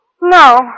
No